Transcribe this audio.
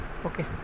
Okay